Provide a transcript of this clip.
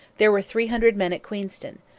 there were three hundred men at queenston,